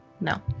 No